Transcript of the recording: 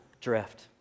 drift